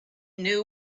knew